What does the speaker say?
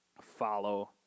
Follow